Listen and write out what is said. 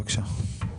בבקשה.